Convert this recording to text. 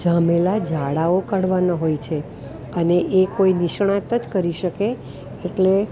જામેલા જાળાઓ કાઢવાનાં હોય છે અને એ કોઈ નિષ્ણાત જ કરી શકે એટલે